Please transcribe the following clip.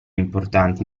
importanti